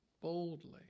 boldly